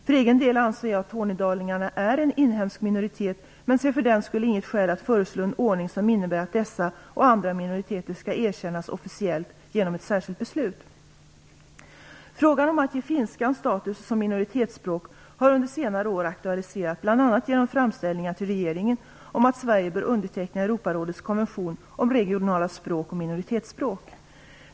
För egen del anser jag att tornedalingarna är en inhemsk minoritet, men ser för den skull inget skäl att föreslå en ordning som innebär att dessa och andra minoriteter skall erkännas officiellt genom ett särskilt beslut. Frågan om att ge finskan status som minoritetsspråk har under senare år aktualiserats bl.a. genom framställningar till regeringen om att Sverige bör underteckna Europarådets konvention om regionala språk och minoritetsspråk.